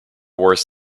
wars